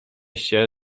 się